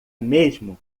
mesmo